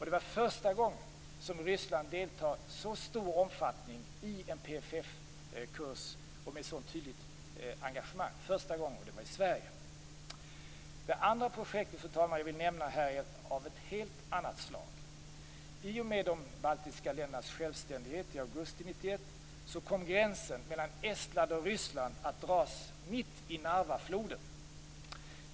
Det var första gången som Ryssland deltog i så stor omfattning och med så tydligt engagemang i en PFF-kurs. Och det var i Sverige! Fru talman! Det andra projektet som jag vill nämna här är av ett helt annat slag. I och med de baltiska ländernas självständighet i augusti 1991 kom gränsen mellan Estland och Ryssland att dras mitt i Narvafloden.